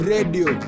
Radio